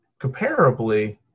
comparably